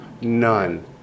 None